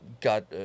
Got